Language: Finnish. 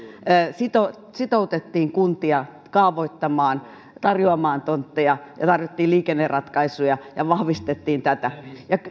sitoutettiin sitoutettiin kuntia kaavoittamaan ja tarjoamaan tontteja ja tarjottiin liikenneratkaisuja ja vahvistettiin tätä